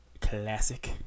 classic